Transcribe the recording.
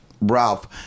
Ralph